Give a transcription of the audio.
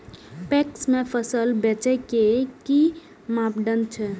PACS में फसल बेचे के कि मापदंड छै?